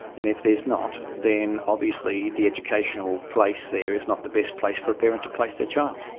and if there's not then obviously the educational place there is not the best place for a parent to place their child.